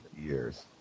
years